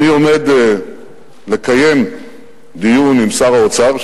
אני עומד לקיים דיון עם שר האוצר,